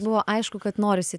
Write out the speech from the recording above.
buvo aišku kad norisi